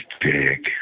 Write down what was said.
big